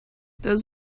those